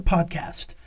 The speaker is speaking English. Podcast